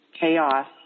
chaos